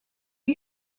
you